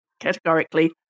categorically